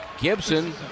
Gibson